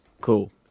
Cool